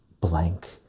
blank